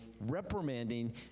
reprimanding